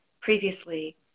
previously